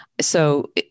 So-